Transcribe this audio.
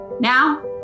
Now